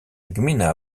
gmina